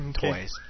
toys